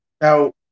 Now